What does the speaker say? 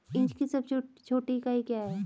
Inch की सबसे छोटी इकाई क्या है?